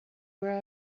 where